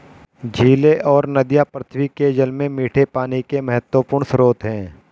झीलें और नदियाँ पृथ्वी के जल में मीठे पानी के महत्वपूर्ण स्रोत हैं